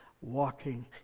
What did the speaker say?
walking